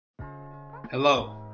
Hello